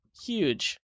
Huge